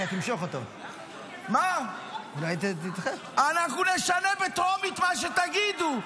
אנחנו נשנה בטרומית מה שתגידו.